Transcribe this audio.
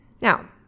Now